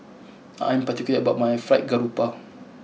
I am particular about my Fried Garoupa